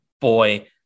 boy